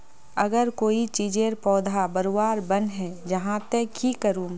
अगर कोई चीजेर पौधा बढ़वार बन है जहा ते की करूम?